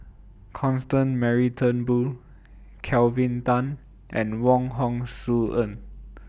Constance Mary Turnbull Kelvin Tan and Wong Hong Suen